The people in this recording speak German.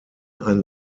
ein